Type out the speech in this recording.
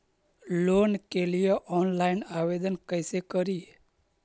Loan के लिये online आवेदन कैसे करि?